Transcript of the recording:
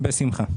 בשמחה.